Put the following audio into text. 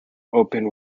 opened